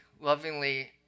lovingly